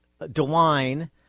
DeWine